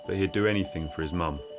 but he would do anything for his mum.